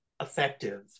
effective